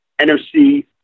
NFC